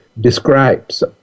describes